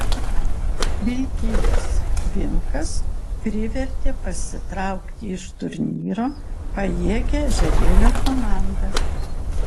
vilkijos vilkas privertė pasitraukti iš turnyro pajėgią ežerėlio komandą